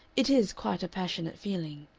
it is quite a passionate feeling.